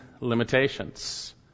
limitations